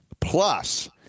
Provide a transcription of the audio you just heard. Plus